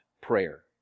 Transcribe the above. prayer